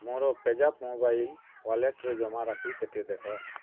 ମୋର ପେଜାପ୍ ମୋବାଇଲ୍ ୱାଲେଟ୍ରେ ଜମା ରାଶି କେତେ ଦେଖ